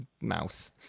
mouse